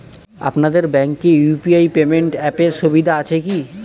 আপনাদের ব্যাঙ্কে UPI payment অ্যাপের সুবিধা আছে কি?